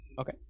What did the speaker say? Okay